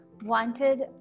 Wanted